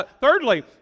Thirdly